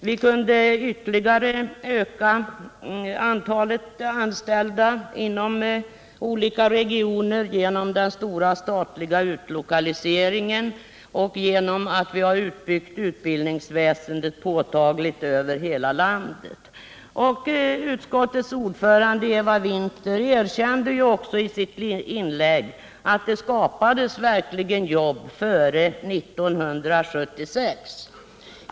Vi kunde ytterligare öka antalet anställda inom olika regioner genom den stora statliga utlokaliseringen och genom en påtaglig utbyggnad av utbildningsväsendet över hela landet. Utskottets ordförande Eva Winther erkände också i sitt inlägg i debatten att det verkligen skapades jobb före 1976.